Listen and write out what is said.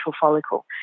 follicle